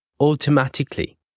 automatically